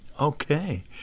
Okay